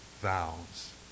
vows